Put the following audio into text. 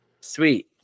Sweet